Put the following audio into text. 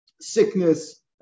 sickness